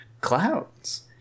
clouds